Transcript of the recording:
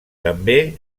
també